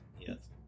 Yes